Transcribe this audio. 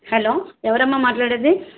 hello ఎవరమ్మా మాట్లాడేది